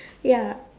ya